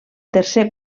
tercer